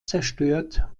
zerstört